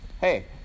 hey